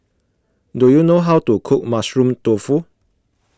do you know how to cook Mushroom Tofu